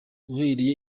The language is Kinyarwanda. uhereye